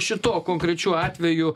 šituo konkrečiu atveju